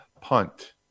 punt